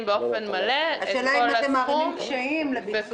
באופן מלא את כל הסכום --- השאלה אם אתם מערימים קשיים על הביצוע.